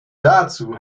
dazu